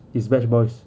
S batch boys